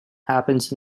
happens